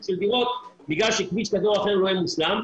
הדירות בגלל שכביש כזה או אחר לא יהיה מוסדר.